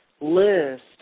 list